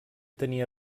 tenir